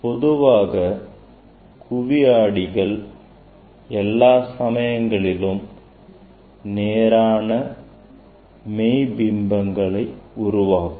பொதுவாக குவி ஆடிகள் எல்லா சமயங்களிலும் நேரான மெய் பிம்பங்களை உருவாக்கும்